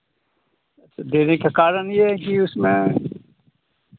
तो देने का कारण ये है कि उसमें